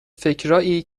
فکرایی